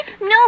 No